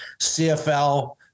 CFL